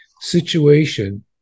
situation